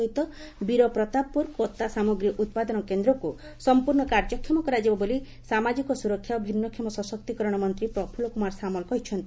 ସହିତ ବୀରପ୍ରତାପପୁର କତା ସାମଗ୍ରୀ ଉପ୍ପାଦନ କେନ୍ଦ୍ରକୁ ସମ୍ମୂର୍ଶ୍ଚ କାର୍ଯ୍ୟକ୍ଷମ କରାଯିବ ବୋଲି ସାମାଜିକ ସୁରକ୍ଷା ଓ ଭିନ୍ନକ୍ଷମ ସଶକ୍ତିକରଣ ମନ୍ଦୀ ପ୍ରଫୁଲ କୁମାର ସାମଲ ପ୍ରକାଶ କରିଛନ୍ତି